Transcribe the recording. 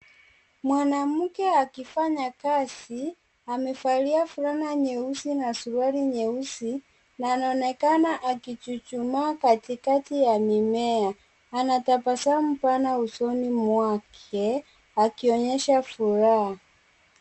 Mwanamke akifanya kazi. Amevalia fulana nyeusi na suruali nyeusi na anaonekana akichuchumaa katikati ya mimea. Anatabasamu pana usoni mwake, akionyesha furaha.